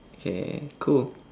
okay cool